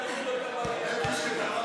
האמת היא,